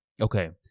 okay